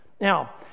Now